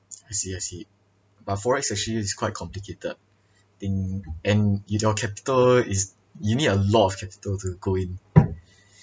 I see I see but forex actually is quite complicated in and if your capital is you need a lot of capital to go in